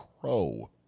Crow